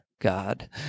God